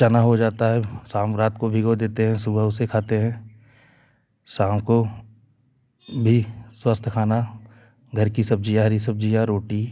चना हो जाता है शाम रात को भिगो देते हैं सुबह उसे खाते हैं शाम को भी स्वस्थ खाना घर की सब्जियाँ हरी सब्जियाँ रोटी